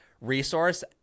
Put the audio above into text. resource